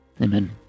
Amen